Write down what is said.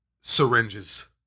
syringes